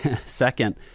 Second